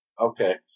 Okay